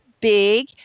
big